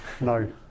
no